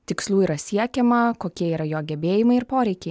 tikslų yra siekiama kokie yra jo gebėjimai ir poreikiai